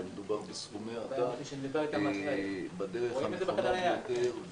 ומדובר בסכומי עתק בדרך הנכונה ביותר,